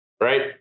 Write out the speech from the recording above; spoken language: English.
right